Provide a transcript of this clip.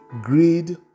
Greed